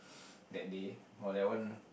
the day or that one